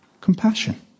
Compassion